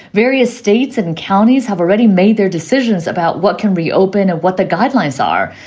various states and counties have already made their decisions about what can reopen and what the guidelines are.